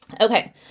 Okay